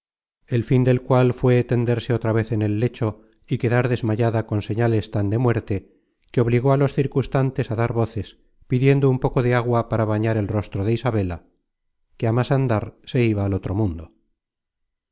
el fin del cual fué tenderse otra vez en el lecho y quedar desmayada con señales tan de muerte que obligó á los circunstantes á dar voces pidiendo un poco de agua para bañar el rostro de isabela que á más andar se iba al otro mundo